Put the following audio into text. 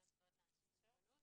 שוויון זכויות לאנשים עם מוגבלות.